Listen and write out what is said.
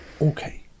Okay